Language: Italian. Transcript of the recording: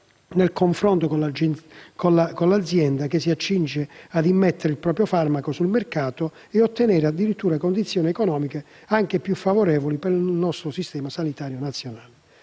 nel confronto con l'azienda che si accinge a immettere il proprio farmaco sul mercato e ottenere addirittura condizioni economiche più favorevoli per il nostro Servizio sanitario nazionale.